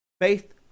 Faith